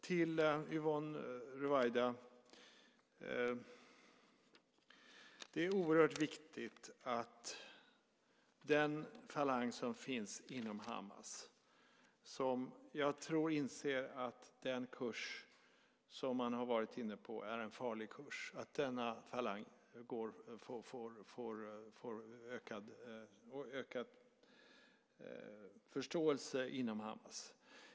Till Yvonne Ruwaida vill jag säga att det är oerhört viktigt att den falang som finns inom Hamas och som jag tror inser att den kurs som man har varit inne på är en farlig kurs får ökad förståelse inom Hamas.